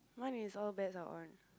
mine is all bets out one